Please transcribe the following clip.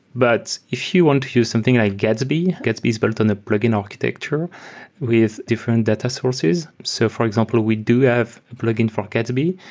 but if you want to use something like gatsby, gatsby is built on a plug-in architecture with different data sources. so for example, we do have a plug-in for gatsby,